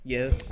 Yes